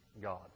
God